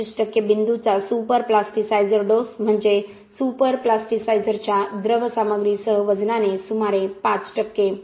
25 टक्के बिंदूचा super plasticiser dose म्हणजे सुपर प्लास्टिसायझरच्या द्रव सामग्रीसह वजनाने सुमारे 5 टक्के